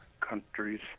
countries